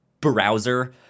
browser